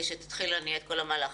שתתחיל להניע את כל המהלך.